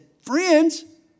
friends